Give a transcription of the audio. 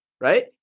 right